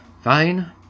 fine